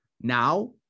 Now